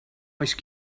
ice